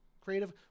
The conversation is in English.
creative